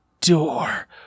door